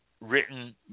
written